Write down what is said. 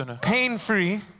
Pain-free